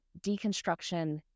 deconstruction